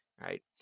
right